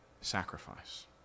sacrifice